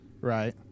right